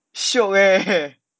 shiok eh